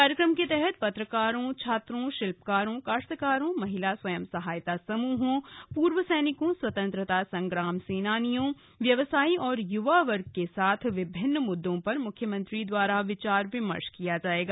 कार्यक्रम के तहत पत्रकारों छात्रों शिल्पकारों काश्तकारों महिला स्वयं सहायता समूहों पूर्व सैनिकों स्वतंत्रता संग्राम सेनानियों व्यवसायी और युवा वर्ग के साथ विभिन्न मुद्दों पर मुख्यमंत्री द्वारा विचार विमर्श किया जाएगा